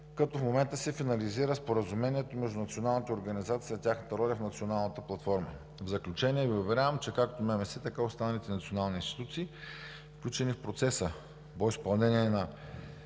като в момента се финализира Споразумението между националните организации и тяхната роля в Националната платформа. В заключение Ви уверявам, че както Министерството на младежта и спорта, така и останалите национални институции, включени в процеса по изпълнение на